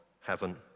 heaven